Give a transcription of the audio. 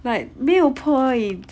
but 没有 point